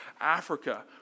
Africa